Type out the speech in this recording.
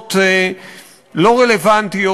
הבחנות לא רלוונטיות.